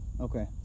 okay